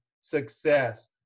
success